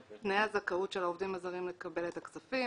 את תנאי הזכאות של העובדים הזרים לקבל את הכספים,